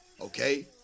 Okay